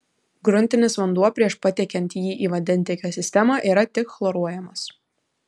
gruntinis vanduo prieš patiekiant jį į vandentiekio sistemą yra tik chloruojamas